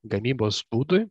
gamybos būdui